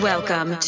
Welcome